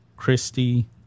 Christie